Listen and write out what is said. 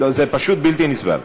זה פשוט בלתי נסבל.